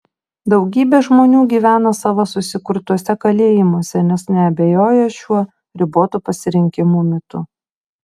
daugybė žmonių gyvena savo susikurtuose kalėjimuose nes neabejoja šiuo ribotų pasirinkimų mitu